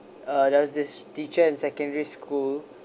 uh there was this teacher in secondary school